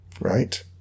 Right